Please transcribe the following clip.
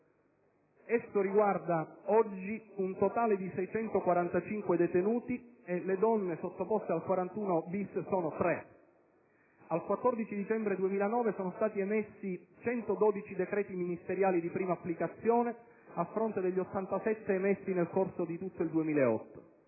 riguarda oggi un totale di 645 detenuti. Le donne sottoposte a tale regime sono 3. Al 14 dicembre 2009, erano stati emessi 112 decreti ministeriali di prima applicazione, a fronte degli 87 emessi nel corso di tutto il 2008.